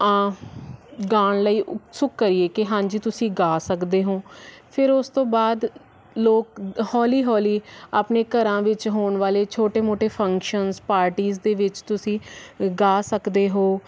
ਆ ਗਾਉਣ ਲਈ ਉਤਸੁਕ ਕਰੀਏ ਕਿ ਹਾਂਜੀ ਤੁਸੀਂ ਗਾ ਸਕਦੇ ਹੋ ਫਿਰ ਉਸ ਤੋਂ ਬਾਅਦ ਲੋਕ ਹੌਲੀ ਹੌਲੀ ਆਪਣੇ ਘਰਾਂ ਵਿੱਚ ਹੋਣ ਵਾਲੇ ਛੋਟੇ ਮੋਟੇ ਫੰਕਸ਼ਨਸ ਪਾਰਟੀਜ਼ ਦੇ ਵਿੱਚ ਤੁਸੀਂ ਗਾ ਸਕਦੇ ਹੋ